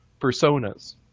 personas